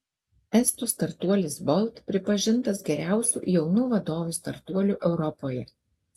estų startuolis bolt pripažintas geriausiu jaunų vadovų startuoliu europoje